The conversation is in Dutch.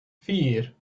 vier